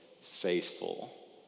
faithful